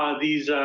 ah these,